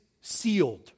Sealed